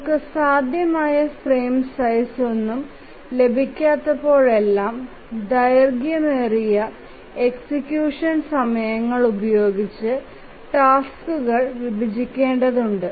നമുക്ക് സാധ്യമായ ഫ്രെയിം സൈസ്ഒന്നും ലഭിക്കാത്തപ്പോഴെല്ലാം ദൈർഘ്യമേറിയ എക്സിക്യൂഷൻ സമയങ്ങൾ ഉപയോഗിച്ച് ടാസ്ക്കുകൾ വിഭജിക്കേണ്ടതുണ്ട്